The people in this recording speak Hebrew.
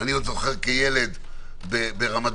אני זוכר כילד ברמת